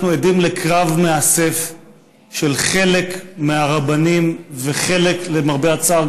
אנחנו עדים לקרב מאסף של חלק מהרבנים ולמרבה הצער,